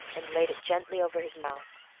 and laid it gently over his mouth.